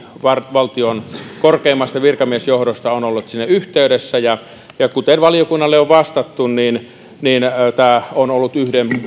valtion korkeimmasta virkamiesjohdosta ovat olleet sinne yhteydessä ja ja kuten valiokunnalle on vastattu tämä on ollut